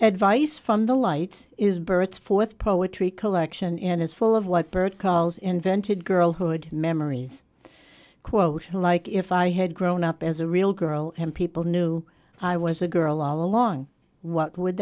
advice from the lights is burt's fourth poetry collection in is full of what bird calls invented girlhood memories quote like if i had grown up as a real girl and people knew i was a girl all along what would